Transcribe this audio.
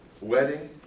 wedding